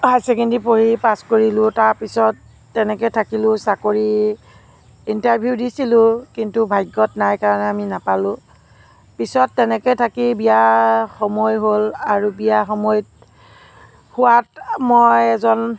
higher secondary পঢ়ি pass কৰিলোঁ তাৰ পিছত তেনেকৈ থাকিলোঁ চাকৰি ইন্টাৰভিউ দিছিলোঁ কিন্তু ভাগ্যত নাই কাৰণে আমি নাপালোঁ পিছত তেনেকে থাকি বিয়া সময় হ'ল আৰু বিয়া সময় হোৱাত মই এজন